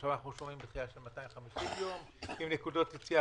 ועכשיו דחייה של 250 יום עם נקודות יציאה